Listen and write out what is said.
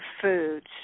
foods